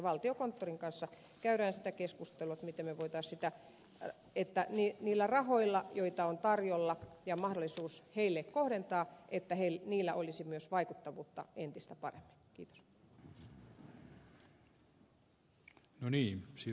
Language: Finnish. valtiokonttorin kanssa käydään sitä keskustelua miten niillä rahoilla joita on tarjolla ja joita on mahdollisuus veteraaneille kohdentaa olisi myös vaikuttavuutta entistä paremmin